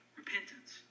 repentance